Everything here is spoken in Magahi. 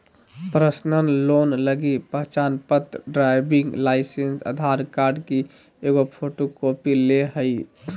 पर्सनल लोन लगी पहचानपत्र, ड्राइविंग लाइसेंस, आधार कार्ड की एगो फोटोकॉपी ले हइ